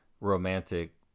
romantic